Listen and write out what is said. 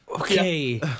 Okay